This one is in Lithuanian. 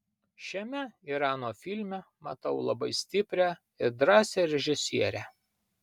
šiame irano filme matau labai stiprią ir drąsią režisierę